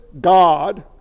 God